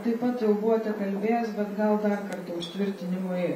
taip pat jau buvote kalbėjęs bet gal dar kartą užtvirtinimui